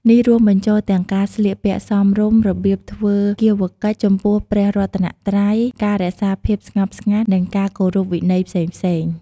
ការណែនាំនេះធ្វើឡើងក្នុងគោលបំណងរក្សាសណ្ដាប់ធ្នាប់ និងភាពថ្លៃថ្នូរនៃទីអារាម។